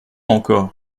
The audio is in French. encore